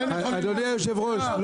אדוני יושב הראש,